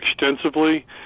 extensively